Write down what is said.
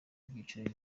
byiciro